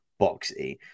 boxy